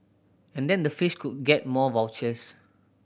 and then the fish could get more vouchers